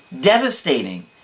devastating